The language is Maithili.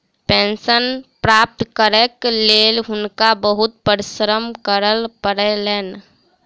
पेंशन प्राप्त करैक लेल हुनका बहुत परिश्रम करय पड़लैन